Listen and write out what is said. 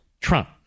Trump